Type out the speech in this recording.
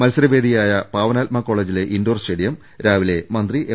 മത്സരവേ ദിയായ പാവനാത്മ കോളേജിലെ ഇൻഡോർ സ്റ്റേഡിയം രാവിലെ മന്ത്രി എം